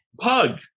Pug